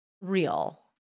real